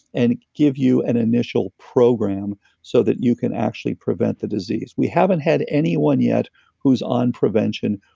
and give you an initial program so that you can actually prevent the disease we haven't had anyone yet who's on prevention,